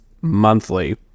monthly